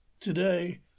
Today